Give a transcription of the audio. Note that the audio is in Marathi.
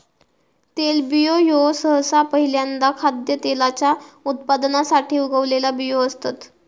तेलबियो ह्यो सहसा पहील्यांदा खाद्यतेलाच्या उत्पादनासाठी उगवलेला बियो असतत